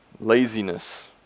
laziness